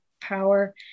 power